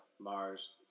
Mars